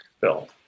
bill